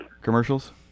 commercials